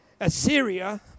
Assyria